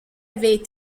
avait